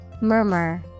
Murmur